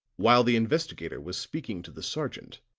while the investigator was speaking to the sergeant,